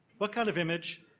what kind of image?